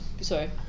Sorry